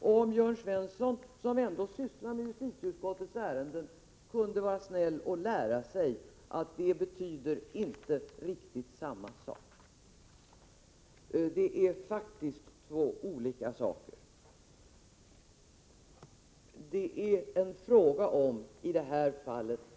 Kunde Jörn Svensson, som ändå sysslar med justitieutskottets ärenden, vara snäll och lära sig att det inte betyder riktigt samma sak!